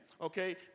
okay